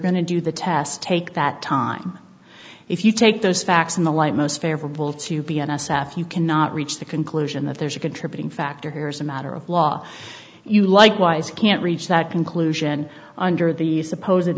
going to do the test take that time if you take those facts in the light most favorable to be n s f you cannot reach the conclusion that there's a contributing factor here as a matter of law you likewise can't reach that conclusion under the suppose